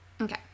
Okay